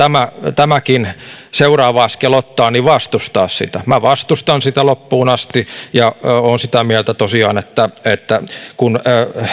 tämäkin seuraava askel ottaa vastustaa sitä minä vastustan sitä loppuun asti ja olen sitä mieltä tosiaan että että kun